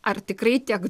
ar tikrai tiek